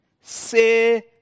say